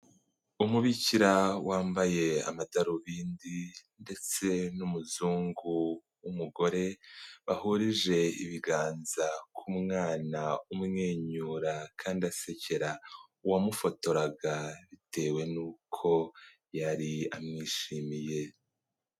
Umubikira wambaye amadarubindi ndetse n'umuzungu w'umugore, bahurije ibiganza ku mwana umwenyura kandi asekera uwamufotoraga bitewe n'uko yari amwishimiye.